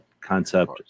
concept